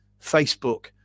Facebook